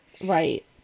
Right